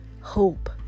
hope